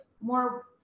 more